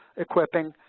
equipping,